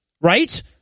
right